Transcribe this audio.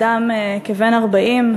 אדם כבן 40,